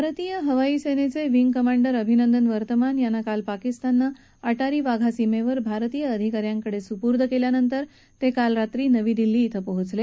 भारतीय हवाई सेनेचे विंग कमांडर अभिनंदन वर्तमान यांना काल पाकिस्ताननं अटारी वाघा सीमेवर भारतीय अधिकाऱ्यांकडे सोपवल्यावर ते रात्री नवी दिल्ली इथं पोहचले